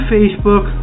Facebook